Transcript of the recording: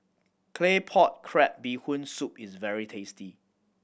Claypot Crab Bee Hoon Soup is very tasty